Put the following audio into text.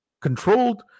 controlled